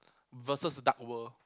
versus dark world